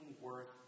worth